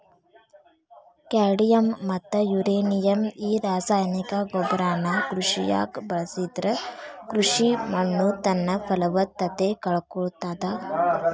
cadmium ಮತ್ತ uranium ಈ ರಾಸಾಯನಿಕ ಗೊಬ್ಬರನ ಕೃಷಿಯಾಗ ಬಳಸಿದ್ರ ಕೃಷಿ ಮಣ್ಣುತನ್ನಪಲವತ್ತತೆ ಕಳಕೊಳ್ತಾದ